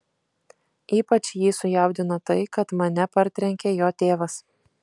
ypač jį sujaudino tai kad mane partrenkė jo tėvas